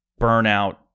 burnout